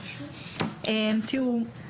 תראו,